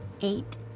Eight